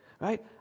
right